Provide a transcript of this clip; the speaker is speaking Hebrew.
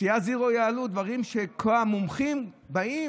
שתיית זירו יעלו דברים שכל המומחים באים,